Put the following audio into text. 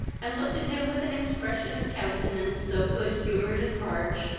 and looked at him with an expression of countenance so good humoured and arch,